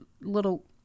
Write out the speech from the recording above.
little